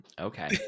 okay